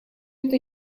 это